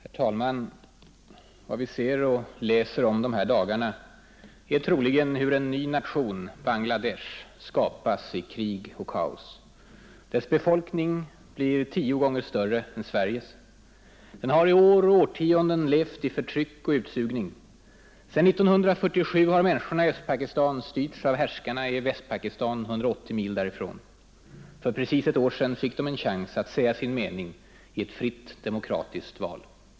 Herr talman! Vad vi ser och läser om de här dagarna är troligen hur en ny nation, Bangla Desh, skapas i krig och kaos. Dess befolkning blir tio gånger större än Sveriges. Den har i år och årtionden levt i förtryck och utsugning. Sen 1947 har människorna i Östpakistan styrts av härskare i Västpakistan 180 mil därifrån. För precis ett år sedan fick de en chans att säga sin mening i ett fritt, demokratiskt val.